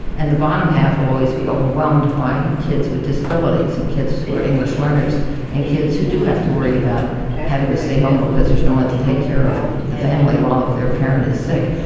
and the bottom half will always be overwhelmed by kids with disabilities and kids who are english learners and kids who do have to worry about having to stay home because there's no one to take care of the family while their parent is sick.